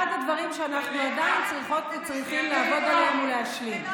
אחד הדברים שאנחנו עדיין צריכות וצריכים לעבוד עליהם הוא להשלים.